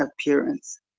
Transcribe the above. appearance